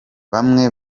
bamwe